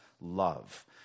love